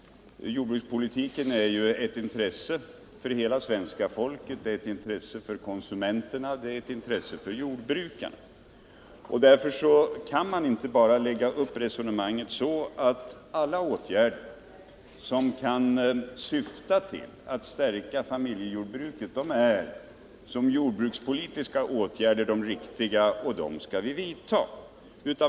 Jordbrukspolitiken är ett intresse för hela svenska folket, för konsumenterna och för jordbrukarna. Därför kan man inte bara lägga upp resonemanget utifrån den uppfattningen att alla åtgärder som syftar till att stärka familjejordbruket är riktiga och skall vidtas.